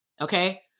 Okay